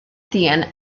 dyn